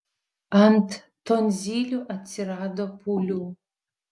ant tonzilių atsirado pūlių